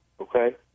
Okay